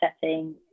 setting